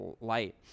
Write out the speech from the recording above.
light